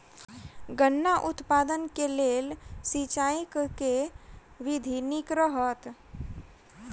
गन्ना उत्पादन केँ लेल सिंचाईक केँ विधि नीक रहत?